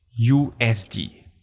USD